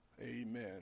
Amen